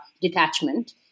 detachment